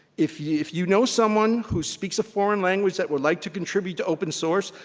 if you if you know someone who speaks a foreign language that would like to contribute to open source,